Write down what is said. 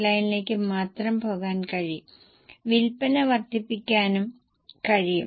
ശ്രീയുടെ HR സംരംഭത്തിന് അടിവരയിടുന്ന സന്തോഷത്തിന്റെ അസാധാരണമായ തദ്ദേശീയ മാതൃക ഒരു നിർണായക പങ്ക് വഹിക്കുന്നു